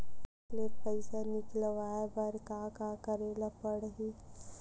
Cheque ले पईसा निकलवाय बर का का करे ल पड़हि?